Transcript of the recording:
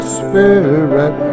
spirit